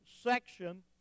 section